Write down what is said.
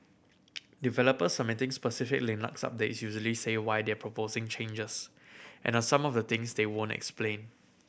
developers submitting specific Linux updates usually say why they're proposing changes and on some of the things they won't explain